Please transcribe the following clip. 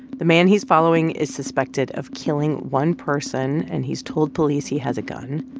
the man he's following is suspected of killing one person, and he's told police he has a gun.